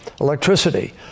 electricity